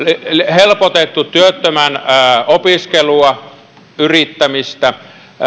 helpotettu työttömän opiskelua yrittämistä